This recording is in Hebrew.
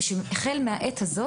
והחל מהעת הזו